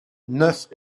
neuf